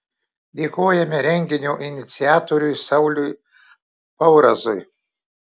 dėkojame renginio iniciatoriui sauliui paurazui